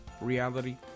Reality